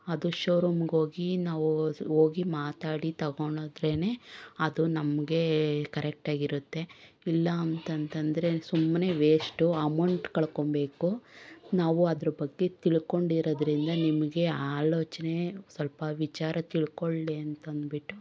ಅದು ಶೋ ರೂಮ್ಗೋಗಿ ನಾವು ಹೊಸ ಹೋಗಿ ಮಾತಾಡಿ ತೊಗೊಂಡ್ರೇನೆ ಅದು ನಮಗೆ ಕರೆಕ್ಟಾಗಿರುತ್ತೆ ಇಲ್ಲ ಅಂತಂದ್ರೆ ಸುಮ್ಮನೆ ವೇಸ್ಟು ಅಮೌಂಟ್ ಕಳ್ಕೊಳ್ಬೇಕು ನಾವು ಅದ್ರ ಬಗ್ಗೆ ತಿಳ್ಕೊಂಡಿರೋದ್ರಿಂದ ನಿಮಗೆ ಆ ಆಲೋಚನೆ ಸ್ವಲ್ಪ ವಿಚಾರ ತಿಳ್ಕೊಳ್ಳಿ ಅಂತಂದ್ಬಿಟ್ಟು